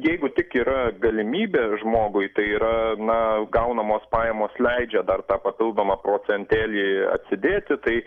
jeigu tik yra galimybė žmogui tai yra na gaunamos pajamos leidžia dar tą papildomą procentėlį atsidėti tai